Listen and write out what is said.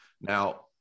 Now